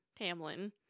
Tamlin